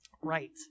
Right